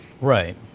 Right